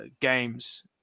games